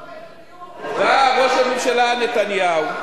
אבל הוא לא שמע את הדיון.